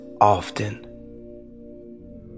often